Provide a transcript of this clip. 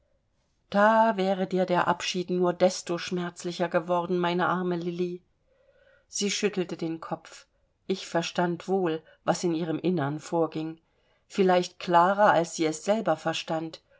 da wäre dir der abschied nur desto schmerzlicher geworden meine arme lilli sie schüttelte den kopf ich verstand wohl was in ihrem innern vorging vielleicht klarer als sie es selber verstand